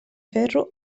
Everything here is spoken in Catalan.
ferro